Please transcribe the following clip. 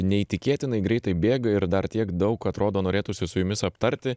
neįtikėtinai greitai bėga ir dar tiek daug atrodo norėtųsi su jumis aptarti